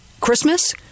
Christmas